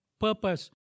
purpose